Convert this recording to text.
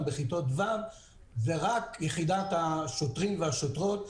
בכיתות ו' זו רק יחידת השוטרים והשוטרות,